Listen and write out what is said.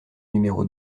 numéro